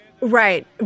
right